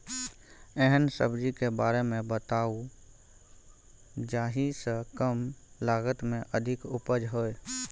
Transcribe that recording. एहन सब्जी के बारे मे बताऊ जाहि सॅ कम लागत मे अधिक उपज होय?